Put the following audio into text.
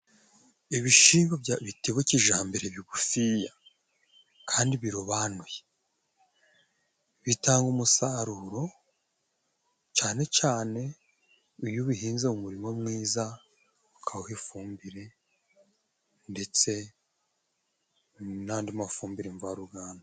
Ibishimbo bitewe kijambere bigufiya kandi birobanuye, bitanga umusaruro cane cane iyo ubihinze mu murima mwiza, ukawuha ifumbire ndetse n'andi mafumbire mvaruganda.